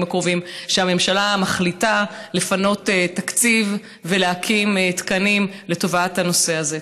הקרובים שהממשלה מחליטה לפנות תקציב ולהקים תקנים לטובת הנושא הזה.